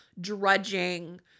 drudging